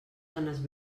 zones